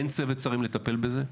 אין צוות שרים לטפל בזה,